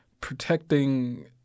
protecting